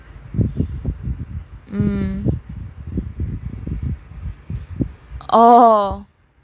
mm oh